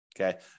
Okay